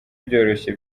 byoroshye